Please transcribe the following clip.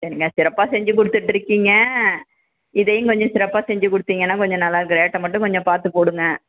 என்னங்க சிறப்பாக செஞ்சுக் கொடுத்துட்ருக்கீங்க இதையும் கொஞ்சம் சிறப்பாக செஞ்சுக் கொடுத்தீங்கன்னா கொஞ்சம் நல்லாயிருக்கும் ரேட்டை மட்டும் கொஞ்சம் பார்த்து போடுங்க